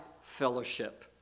fellowship